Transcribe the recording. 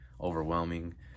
overwhelming